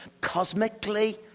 cosmically